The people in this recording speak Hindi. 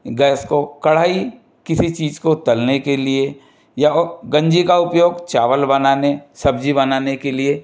गैस को कढ़ाई किसी चीज को तलने के लिए या वो गंजी का उपयोग चावल बनाने सब्जी बनाने के लिए